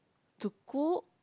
to cook